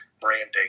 branding